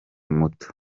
muto